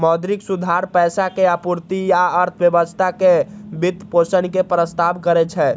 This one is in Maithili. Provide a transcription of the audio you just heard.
मौद्रिक सुधार पैसा के आपूर्ति आ अर्थव्यवस्था के वित्तपोषण के प्रस्ताव करै छै